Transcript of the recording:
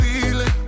feeling